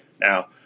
Now